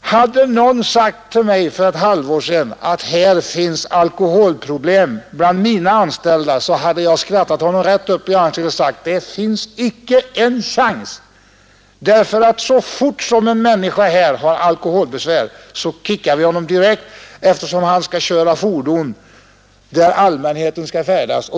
”Hade någon för ett halvår sedan sagt till mig att det fanns alkoholproblem bland mina anställda hade jag skrattat och sagt: Det finns inte en chans, för så fort en människa här har alkoholbesvär kickar vi honom, eftersom han skall köra fordon i vilka allmänheten färdas.